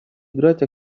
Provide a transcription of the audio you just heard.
играть